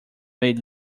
may